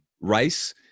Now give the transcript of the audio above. rice